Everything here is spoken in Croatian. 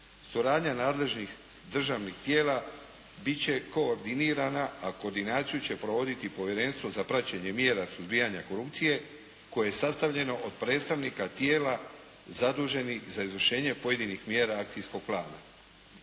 suradnja nadležnih državnih tijela bit će koordinirana, a koordinaciju će provoditi Povjerenstvo za praćenje mjera suzbijanja korupcije koje je sastavljeno od predstavnika tijela zaduženih za izvršenje pojedinih mjera akcijskog plana.